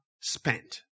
spent